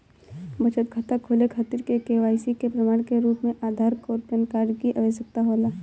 बचत खाता खोले खातिर के.वाइ.सी के प्रमाण के रूप में आधार आउर पैन कार्ड की आवश्यकता होला